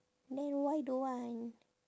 then why don't want